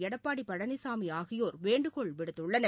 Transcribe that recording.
எடப்பாடி பழனிசாமி ஆகியோர் வேண்டுகோள் விடுத்துள்ளனர்